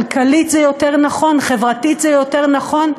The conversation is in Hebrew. כלכלית זה יותר נכון, חברתית זה יותר נכון.